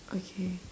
okay